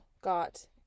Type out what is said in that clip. got